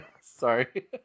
Sorry